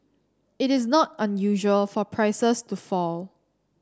it is not unusual for prices to fall